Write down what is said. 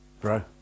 bro